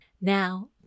Now